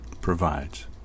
provides